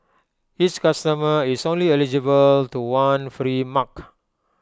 each customer is only eligible to one free mug